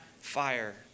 fire